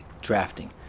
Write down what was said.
drafting